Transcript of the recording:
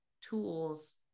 tools